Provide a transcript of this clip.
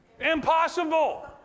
impossible